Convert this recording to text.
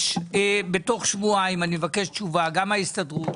בתוך שבועיים אני מבקש תשובה גם מההסתדרות,